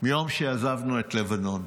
מיום שעזבנו את לבנון.